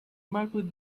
marked